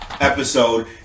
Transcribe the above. episode